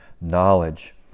knowledge